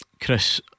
Chris